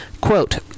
Quote